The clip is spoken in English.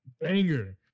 Banger